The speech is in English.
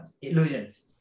illusions